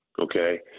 okay